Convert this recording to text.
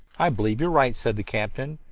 i believe you are right, said the captain.